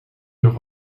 noch